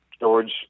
George